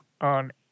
On